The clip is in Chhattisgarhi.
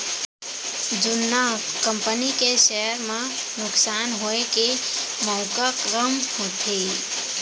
जुन्ना कंपनी के सेयर म नुकसान होए के मउका कम होथे